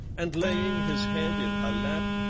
and laying his head in her lap,